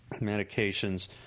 medications